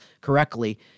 correctly